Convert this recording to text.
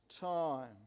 time